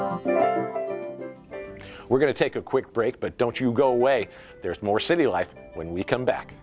field we're going to take a quick break but don't you go away there's more city life when we come back